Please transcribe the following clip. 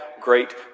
great